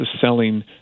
selling